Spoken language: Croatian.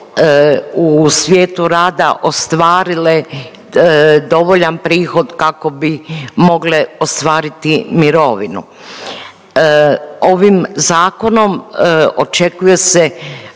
u svijetu rada ostvarile dovoljan prihod kako bi mogle ostvariti mirovinu. Ovim zakonom očekuje se